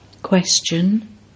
Question